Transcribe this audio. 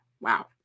Wow